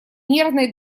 нервной